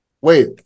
wait